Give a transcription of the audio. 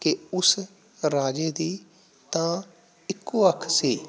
ਕਿ ਉਸ ਰਾਜੇ ਦੀ ਤਾਂ ਇੱਕੋ ਅੱਖ ਸੀ